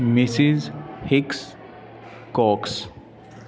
Mrs Hicks ਕੋਕਸ